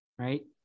right